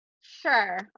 Sure